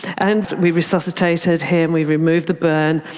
and we resuscitated him, we removed the burn,